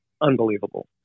unbelievable